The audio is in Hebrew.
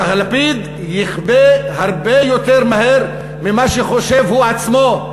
הלפיד יכבה הרבה יותר מהר ממה שחושב הוא עצמו,